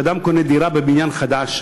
כשאדם קונה דירה בבניין חדש,